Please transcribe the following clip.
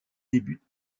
débute